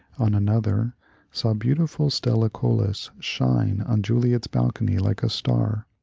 on another saw beautiful stella colas shine on juliet's balcony like a star,